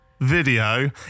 video